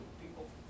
people